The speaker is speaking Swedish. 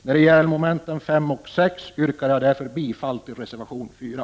När det gäller mom. 5 och 6 yrkar jag därför bifall till reservation 4.